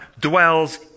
dwells